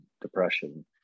depression